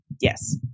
yes